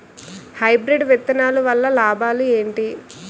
Hybrid విత్తనాలు వల్ల లాభాలు ఏంటి?